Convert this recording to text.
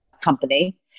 company